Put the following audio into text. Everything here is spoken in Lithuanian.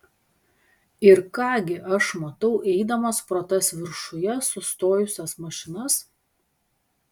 ir ką gi aš matau eidamas pro tas viršuje sustojusias mašinas